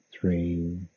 Three